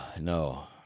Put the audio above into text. no